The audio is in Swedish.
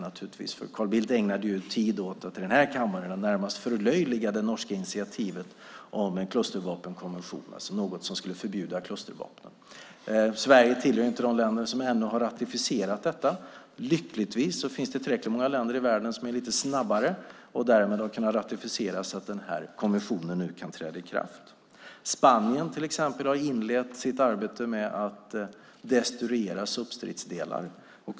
Carl Bildt ägnade tid åt att i den här kammaren närmast förlöjliga det norska initiativet om en klustervapenkonvention, det vill säga något som skulle förbjuda klustervapen. Sverige tillhör inte de länder som ännu har ratificerat denna konvention. Lyckligtvis finns det tillräckligt många länder i världen som är lite snabbare och därmed har ratificerat konventionen så att den kan träda i kraft. Till exempel har Spanien inlett sitt arbete med att destruera substridsdelar.